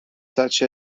such